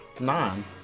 nine